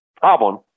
problem